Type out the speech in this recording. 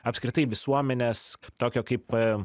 apskritai visuomenės tokio kaip